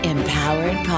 Empowered